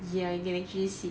ya you can actually see